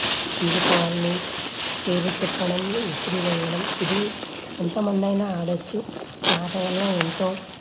మిగతావన్ని పేరు చెప్పడం విసిరి వేయడం ఇది ఎంత మందైనా ఆడవచ్చు ఈ ఆట వల్ల ఎంతో